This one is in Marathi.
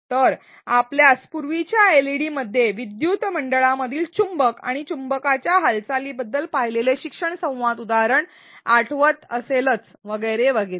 तर आपल्यास पूर्वीच्या एलईडी मध्ये विद्युत मंडळांमधील चुंबक आणि चुंबकाच्या हालचालीबद्दल पाहिलेले शिक्षण संवाद उदाहरण आठवेल वगैरे वगैरे